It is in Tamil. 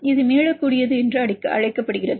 இது மீளக்கூடியது என்று அழைக்கப்படுகிறது